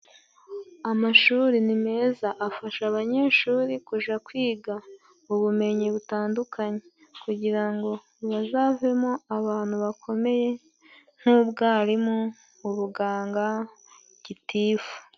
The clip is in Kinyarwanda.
Amashuri ni meza, afasha abanyeshuri kuja kwiga ubumenyi butandukanye, kugira ngo bazavemo abantu bakomeye, nk'ubwarimu, ubuganga, gitifu.